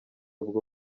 w’u